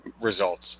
results